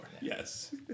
Yes